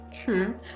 true